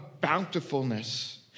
bountifulness